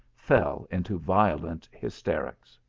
fell into violent hysterics.